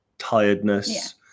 Tiredness